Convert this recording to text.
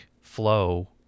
flow